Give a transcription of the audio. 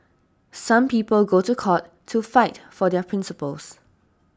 some people go to court to fight for their principles